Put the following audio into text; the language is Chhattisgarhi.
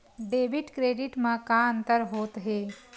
डेबिट क्रेडिट मा का अंतर होत हे?